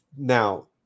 Now